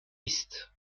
است